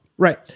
Right